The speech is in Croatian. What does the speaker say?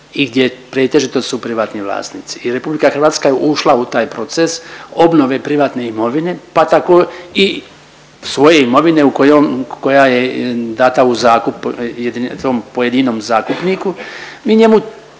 i gdje pretežito su privatni vlasnici. I RH je ušla u taj proces obnove privatne imovine pa tako i svoje imovine u kojom, koja je data u zakup tom pojedinom zakupniku i njemu